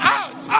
out